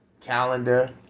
Calendar